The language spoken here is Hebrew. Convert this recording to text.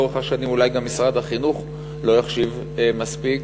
לאורך השנים אולי גם משרד החינוך לא החשיב מספיק.